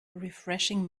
refreshing